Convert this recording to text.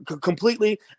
completely